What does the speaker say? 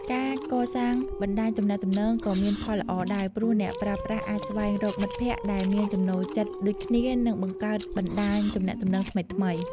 ការកសាងបណ្ដាញទំនាក់ទំនងក៏មានផលល្អដែរ ព្រោះអ្នកប្រើប្រាស់អាចស្វែងរកមិត្តភក្តិដែលមានចំណូលចិត្តដូចគ្នា និងបង្កើតបណ្ដាញទំនាក់ទំនងថ្មីៗ។